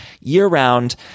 year-round